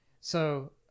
So-